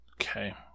Okay